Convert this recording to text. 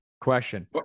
Question